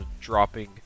dropping